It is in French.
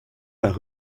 par